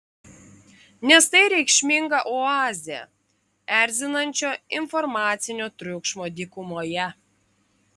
nes tai reikšminga oazė erzinančio informacinio triukšmo dykumoje